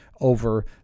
over